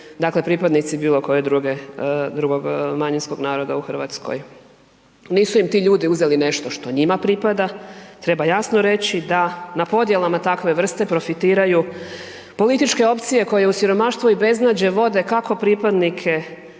dakle pripadnici bilokojeg drugog manjinskog naroda u Hrvatskoj. Nisu im ti ljudi uzeli što njima pripada, treba jasno reći da na podjelama takve vrste profitiraju političke opcije koje u siromaštvu i beznađe vode kako pripadnike